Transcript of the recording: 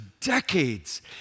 decades